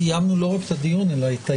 סיימנו לא רק את הדיון אלא גם את היום.